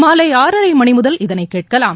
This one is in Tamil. மாலை ஆறாரை மணி முதல் இதனை கேட்கலாம்